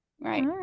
right